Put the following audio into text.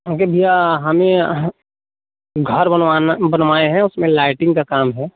हम कहें भैया हमें घर बनवाना बनवाए हैं उसमें लाइटिन्ग का काम है